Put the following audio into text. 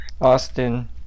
Austin